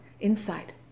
inside